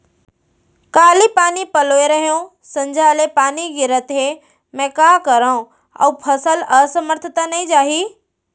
काली पानी पलोय रहेंव, संझा ले पानी गिरत हे, मैं का करंव अऊ फसल असमर्थ त नई जाही?